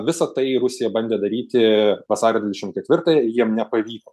visa tai rusija bandė daryti vasario dvidešim ketvirtąją jiem nepavyko